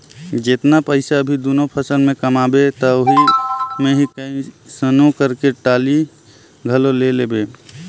जेतना पइसा अभी दूनो फसल में कमाबे त ओही मे ही कइसनो करके टाली घलो ले लेबे